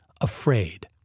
afraid